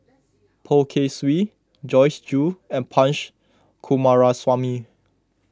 Poh Kay Swee Joyce Jue and Punch Coomaraswamy